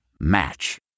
Match